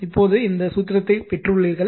இப்போது இந்த சூத்திரத்தைப் பெற்றுள்ளீர்கள்